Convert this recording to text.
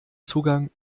zugang